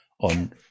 on